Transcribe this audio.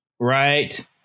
Right